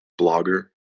blogger